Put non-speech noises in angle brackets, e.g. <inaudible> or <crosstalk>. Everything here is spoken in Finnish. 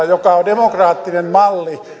<unintelligible> joka on demokraattinen malli